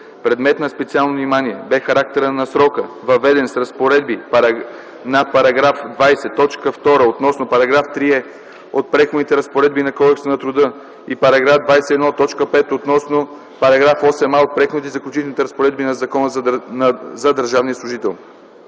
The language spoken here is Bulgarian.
Предмет на специално внимание бе характера на срока, въведен с разпоредбите на § 20, т. 2 относно § 3е от Преходните разпоредби на Кодекса на труда и § 21, т. 5 относно § 8а от Преходните и заключителни разпоредби на Закона за държавния служител.